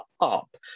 up